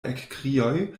ekkrioj